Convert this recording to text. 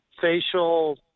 Facial